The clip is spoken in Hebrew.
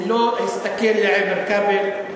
הוא לא הסתכל לעבר כבל.